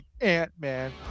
Ant-Man